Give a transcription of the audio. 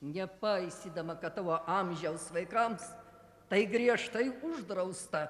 nepaisydama kad tavo amžiaus vaikams tai griežtai uždrausta